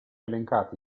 elencati